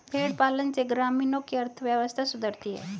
भेंड़ पालन से ग्रामीणों की अर्थव्यवस्था सुधरती है